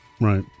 Right